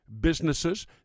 businesses